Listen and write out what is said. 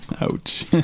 ouch